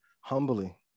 humbly